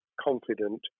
confident